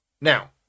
now